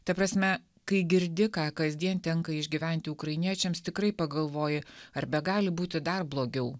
ta prasme kai girdi ką kasdien tenka išgyventi ukrainiečiams tikrai pagalvoji ar begali būti dar blogiau